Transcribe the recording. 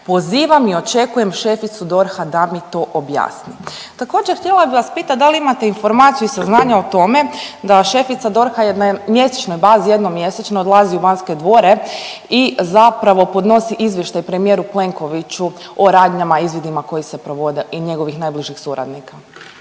pozivam i očekujem šeficu DORH-a da mi to objasni. Također htjela bih vas pitati da li imate informaciju i saznanja o tome da šefica DORH na mjesečnoj bazi, jednom mjesečno odlazi u Banske dvore i zapravo ponosi izvještaj premijeru Plenkoviću o radnjama i izvidima koji se provode i njegovih najbližih suradnika?